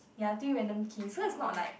ya do it random key so is not like